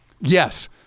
Yes